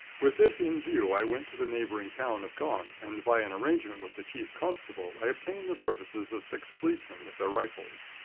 with this in view, i went to the neighboring town of gaunt, and by an arrangement with the chief constable i obtained the services of six policemen with their rifles.